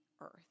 earth